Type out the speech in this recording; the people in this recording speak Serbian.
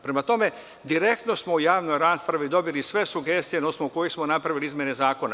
Prema tome, direktno smo u javnoj raspravi dobili sve sugestije na osnovu kojih smo napravili izmene zakona.